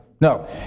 No